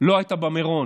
לא הייתה במירון.